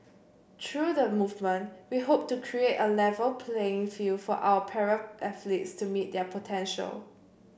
through the movement we hope to create A Level playing field for our para athletes to meet their potential